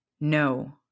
No